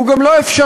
הוא גם לא אפשרי,